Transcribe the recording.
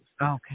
Okay